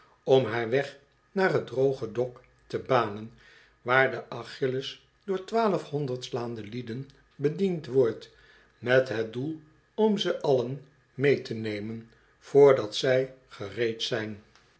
om haar weg naar t droge dok te banen waar de achilles door twaalfhonderd slaande lieden bediend wordt met het doel om ze allen moe te nemen vrdat zij gereed zijn